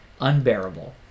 unbearable